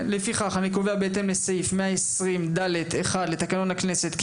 לפיכך אני קובע בהתאם לסעיף 120ד(1) לתקנון הכנסת,